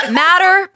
matter